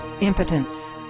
impotence